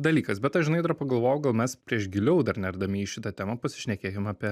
dalykas bet aš žinai dar pagalvojau gal mes prieš giliau dar nerdami į šitą temą pasišnekėkim apie